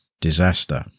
disaster